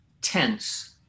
tense